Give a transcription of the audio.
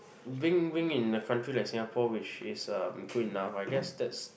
bring bring in a country like Singapore which is um good enough I guess that's